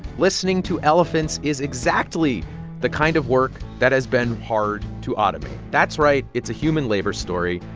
listening to elephants is exactly the kind of work that has been hard to automate. that's right, it's a human labor story.